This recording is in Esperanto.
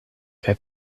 kaj